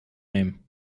nehmen